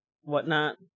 whatnot